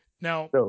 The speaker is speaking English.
Now